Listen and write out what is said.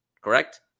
correct